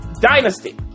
Dynasty